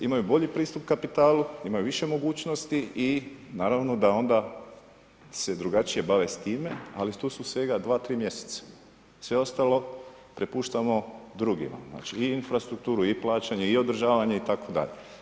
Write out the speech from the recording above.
Imaju bolji pristup kapitalu, imaju više mogućnosti i naravno da onda se drugačije bave s time, ali tu su svega dva, tri mjeseca, sve ostalo prepuštamo drugima, znači i infrastrukturu i plaćanje i održavanje itd.